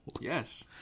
Yes